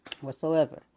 Whatsoever